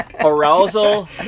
Arousal